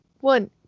one